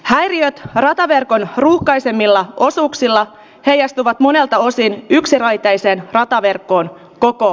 hairia tarve on ruuhkaisimmilla osuuksilla heijastuvat monelta osin yksiraiteisen rataverkkoon koko